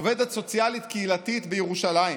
עובדת סוציאלית קהילתית בירושלים